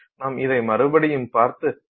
நாம் இதை மறுபடியும் பார்த்து அதனை செய்ய வேண்டும்